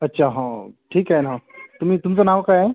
अच्छा हा ठीक आहे ना तुम्ही तुमचं नाव काय आहे